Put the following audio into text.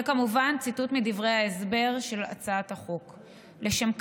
זה כמובן ציטוט מדברי ההסבר של הצעת החוק.